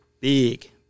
big